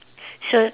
sir